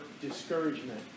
discouragement